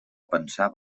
pensar